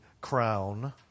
crown